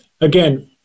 again